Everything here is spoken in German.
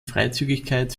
freizügigkeit